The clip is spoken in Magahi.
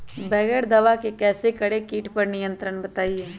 बगैर दवा के कैसे करें कीट पर नियंत्रण बताइए?